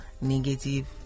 negative